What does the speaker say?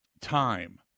time